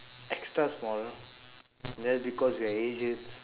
extra small that's because we are asians